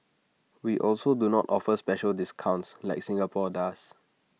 we also do not offer special discounts like Singapore does